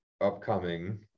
upcoming